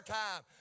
time